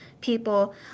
people